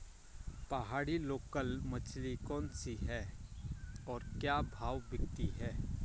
पहाड़ी लोकल मछली कौन सी है और क्या भाव बिकती है?